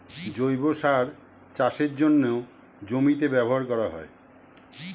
জৈব সার চাষের জন্যে জমিতে ব্যবহার করা হয়